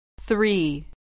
Three